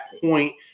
point